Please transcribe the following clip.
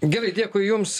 gerai dėkui jums